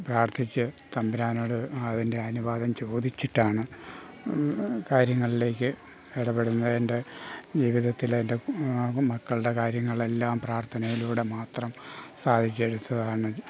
പ്രാർത്ഥിച്ച് തമ്പുരാനോട് അതിൻ്റെ അനുവാദം ചോദിച്ചിട്ടാണ് കാര്യങ്ങളിലേക്ക് ഇടപെടുന്നതിൻ്റെ ജീവിതത്തിലെ എൻ്റെ മക്കളുടെ കാര്യങ്ങളെല്ലാം പ്രാർത്ഥനയിലൂടെ മാത്രം സാധിച്ചെടുത്തതാണ്